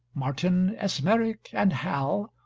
martin, esmeric, and hal,